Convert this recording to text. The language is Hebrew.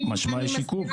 משמע יש עיכוב.